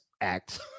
act